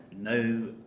no